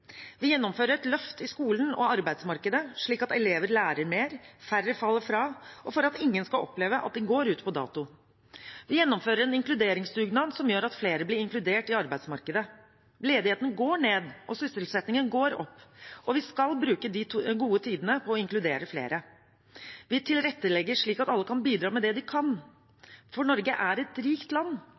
Vi gjennomfører et løft i skolen og arbeidsmarkedet, slik at elever lærer mer, færre faller fra, og for at ingen skal oppleve at de går ut på dato. Vi gjennomfører en inkluderingsdugnad, som gjør at flere blir inkludert i arbeidsmarkedet. Ledigheten går ned, og sysselsettingen går opp, og vi skal bruke de gode tidene på å inkludere flere. Vi tilrettelegger slik at alle kan bidra med det de kan. Norge er et rikt land,